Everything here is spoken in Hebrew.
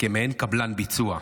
כמעין קבלן ביצוע.